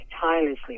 tirelessly